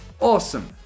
Awesome